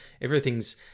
everything's